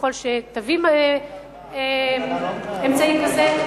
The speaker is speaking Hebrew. ככל שתביא אמצעי כזה,